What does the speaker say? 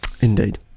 Indeed